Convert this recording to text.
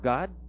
God